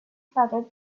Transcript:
fluttered